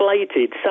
inflated